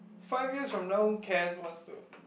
five years from now who cares what's the